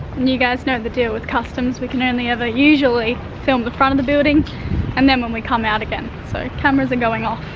and you guys know the deal with customs, we can only ever usually film the front of the building and then when we come out again, so cameras are going off.